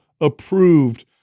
approved